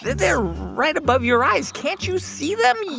they're right above your eyes. can't you see them?